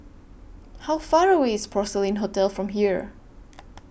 How Far away IS Porcelain Hotel from here